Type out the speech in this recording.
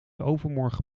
overmorgen